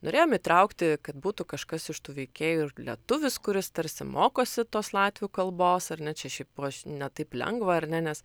norėjom įtraukti kad būtų kažkas iš tų veikėjų ir lietuvis kuris tarsi mokosi tos latvių kalbos ar ne čia šiaip buvo ne taip lengva ar ne nes